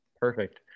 Perfect